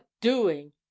doing